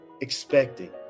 expecting